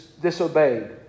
disobeyed